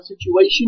situation